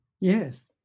yes